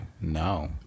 no